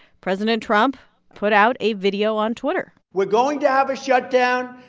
president trump put out a video on twitter we're going to have a shutdown.